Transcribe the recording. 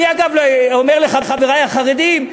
אני, אגב, אומר לחברי החרדים: